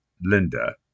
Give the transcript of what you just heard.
Linda